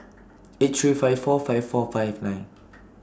eight three five four five four five nine